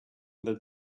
that